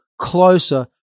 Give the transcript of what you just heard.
closer